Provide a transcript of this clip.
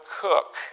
cook